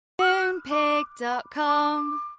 Moonpig.com